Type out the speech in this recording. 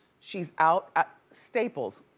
she's out at staples.